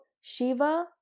Shiva